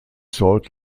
salt